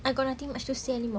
I got nothing much to say anymore